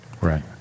Right